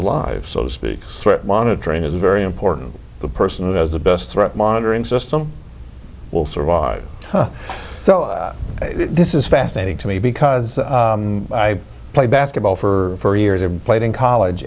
alive so to speak start monitoring is very important the person who has the best threat monitoring system will survive so this is fascinating to me because i played basketball for years i played in college